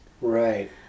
Right